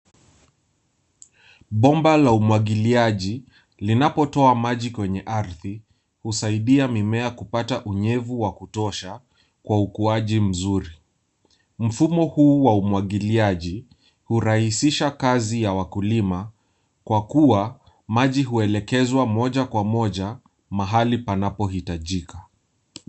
Bomba la umwagiliaji linapotoa maji kwenye ardhi husaidia mimea kupata unyevu wa kutosha kwa ukuaji mzuri. Mfumo huu wa umwagiliaji hurahisisha kazi ya wakulima kwa kuwa maji huelekezwa moja kwa moja mahali panapohitajika.